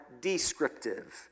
descriptive